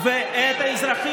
זאת האמת.